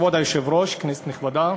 כבוד היושב-ראש, כנסת נכבדה,